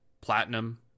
platinum